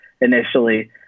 initially